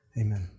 amen